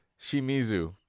Shimizu